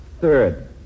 Third